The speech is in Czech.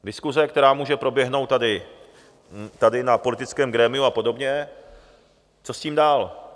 Diskuse, která může proběhnout tady na politickém grémiu apod., co s tím dál.